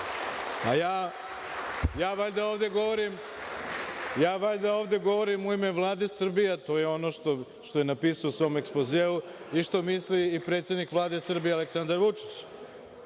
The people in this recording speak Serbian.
Ja valjda ovde govorim u ime Vlade Srbije, a to je ono što je napisao u svom ekspozeu i što misli i predsednik Vlade Aleksandar Vučić.